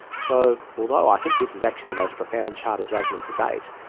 so although i think this is actually the most profound charter judgment to date,